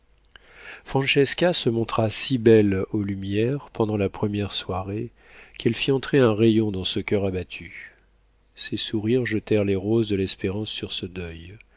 francesca se montra si belle aux lumières pendant la première soirée qu'elle fit entrer un rayon dans ce coeur abattu ses sourires jetèrent les roses de l'espérance sur ce deuil